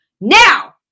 Now